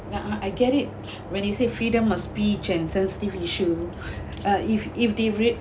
ah ah I get it when you say freedom of speech and sensitive issue uh if if they read